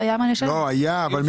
לא היה מה לשלם.